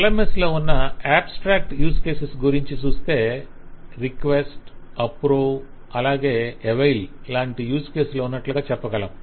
LMS లో ఉన్న abstract use case గురించి చూస్తే రిక్వెస్ట్ అప్రూవ్ అలాగే అవైల్ లాంటి యూజ్ కేసులు ఉన్నట్లుగా చెప్పగలం